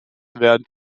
während